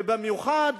ובמיוחד